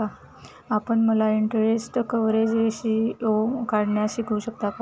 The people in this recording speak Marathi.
आपण मला इन्टरेस्ट कवरेज रेशीओ काढण्यास शिकवू शकता का?